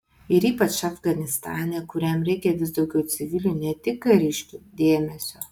ir ypač afganistane kuriam reikia vis daugiau civilių ne tik kariškių dėmesio